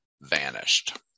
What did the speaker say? vanished